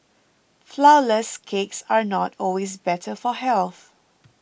Flourless Cakes are not always better for health